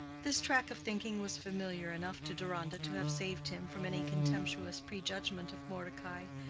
this track of thinking was familiar enough to deronda to have saved him from any contemptuous prejudgment of mordecai,